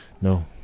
No